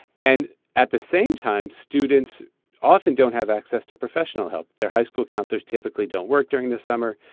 and at the same time, students often don't have access to professional help. their high school counselors typically don't work during the summer.